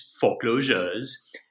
foreclosures